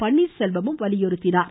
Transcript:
பன்னீர்செல்வமும் வலியுறுத்தினார்